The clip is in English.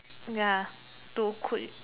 ya to could